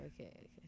okay